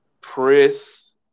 press